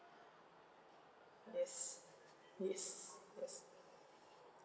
yes yes yes